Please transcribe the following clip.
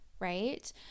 Right